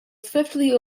swiftly